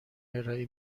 ارائه